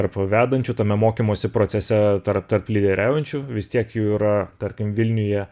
tarp vedančių tame mokymosi procese tarp tarp lyderiaujančių vis tiek jų yra tarkim vilniuje